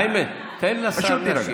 איימן, תן לשר להשיב.